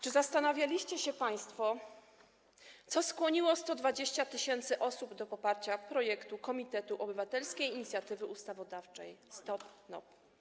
Czy zastanawialiście się państwo, co skłoniło 120 tys. osób do poparcia projektu Komitetu Obywatelskiej Inicjatywy Ustawodawczej STOP NOP?